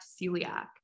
celiac